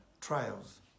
trials